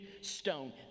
stone